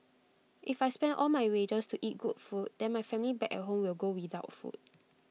if I spend all my wages to eat good food then my family back at home will go without food